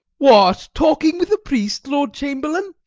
what, talking with a priest, lord chamberlain!